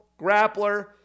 grappler